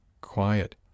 Quiet